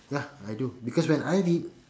ya I do because when I read